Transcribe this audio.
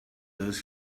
does